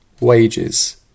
wages